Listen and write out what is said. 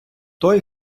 той